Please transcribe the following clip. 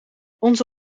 onze